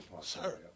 Sir